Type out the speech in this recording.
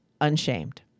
Unshamed